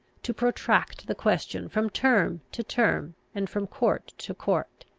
to protract the question from term to term, and from court to court.